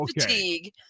fatigue